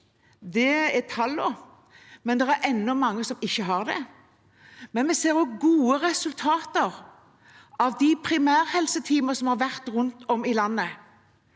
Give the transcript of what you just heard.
det viser tallene, men det er ennå mange som ikke har det. Vi ser også gode resultater av de primærhelseteamene som har vært rundt i landet.